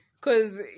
cause